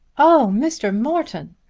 oh, mr. morton!